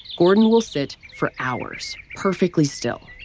gordon will sit for hours, perfectly still,